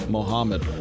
Mohammed